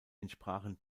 entsprachen